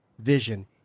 vision